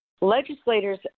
Legislators